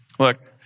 Look